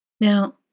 Now